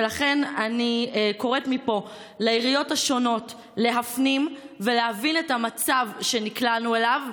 ולכן אני קוראת מפה לעיריות השונות להפנים ולהבין את המצב שנקלענו אליו,